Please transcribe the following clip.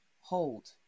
Hold